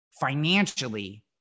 Financially